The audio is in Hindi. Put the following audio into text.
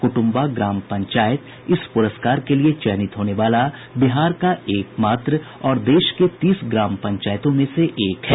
कुटुंबा ग्राम पंचायत इस पुरस्कार के लिए चयनित होने वाला बिहार का एकमात्र और देश के तीस ग्राम पंचायतों में से एक है